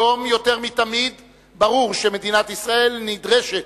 היום יותר מתמיד ברור שמדינת ישראל נדרשת